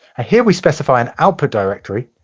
ah here we specify an output directory